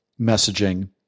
messaging